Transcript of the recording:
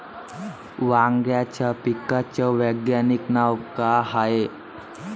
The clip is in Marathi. वांग्याच्या पिकाचं वैज्ञानिक नाव का हाये?